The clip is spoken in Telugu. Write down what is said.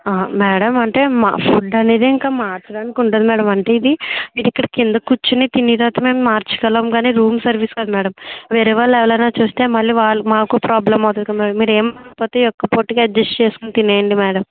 మేడం అంటే ఫుడ్ అనేది ఇంక మార్చడానికి ఉండదు మేడం అంటే ఇది మీరిక్కడ కింద కూర్చుని తినేటట్టు మేము మార్చగలం కాని రూమ్ సర్వీస్ కదా మేడం వేరే వాళ్లు ఎవరన్నా చూస్తే మళ్ళీ వాళ్ళ మాకు ప్రాబ్లమ్ అవుతుంది కదా మేడం మీరేమి అనుకోకపోతే మీరు ఈ ఒక్క పూటకి అడ్జస్ట్ చేసుకొని తినేయండి మేడం